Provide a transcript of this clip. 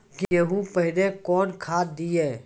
गेहूँ पहने कौन खाद दिए?